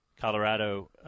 Colorado